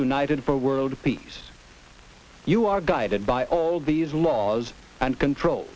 united for world peace you are guided by all these laws and control